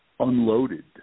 unloaded